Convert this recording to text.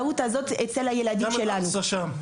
גם מסגד אל אקצה נמצא שם.